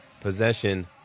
possession